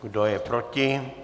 Kdo je proti?